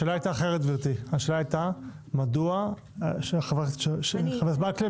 השאלה של חבר הכנסת מקלב